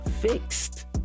fixed